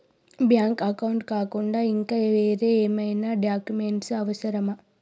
Bank account కాకుండా ఇంకా వేరే ఏమైనా డాక్యుమెంట్స్ అవసరమా?